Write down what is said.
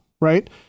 right